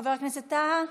חבר הכנסת טאהא?